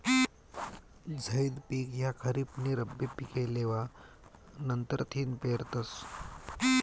झैद पिक ह्या खरीप नी रब्बी पिके लेवा नंतरथिन पेरतस